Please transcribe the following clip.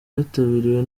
witabiriwe